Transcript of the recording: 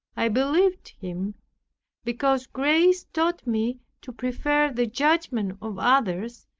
i believed him because grace taught me to prefer the judgment of others,